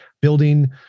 building